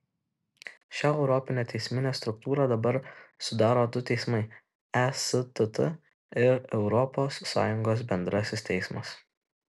šią europinę teisminę struktūrą dabar sudaro du teismai estt ir europos sąjungos bendrasis teismas